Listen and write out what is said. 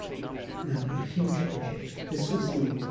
now a huge project, this was the